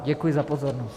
Děkuji za pozornost.